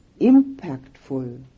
impactful